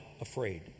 afraid